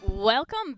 Welcome